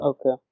Okay